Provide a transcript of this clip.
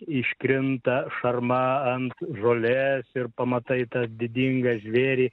iškrinta šarma ant žolės ir pamatai tą didingą žvėrį